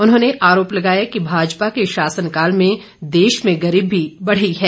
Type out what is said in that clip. उन्होंने आरोप लगाया कि भाजपा के शासनकाल में देश में गरीबी बढ़ी है